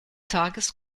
tages